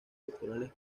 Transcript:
doctorales